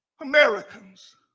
Americans